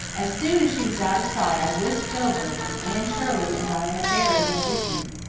as soon as she was out of sight i whisked over, and anne shirley and diana barry went with me.